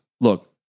look